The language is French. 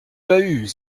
bahut